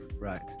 Right